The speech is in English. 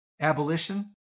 abolition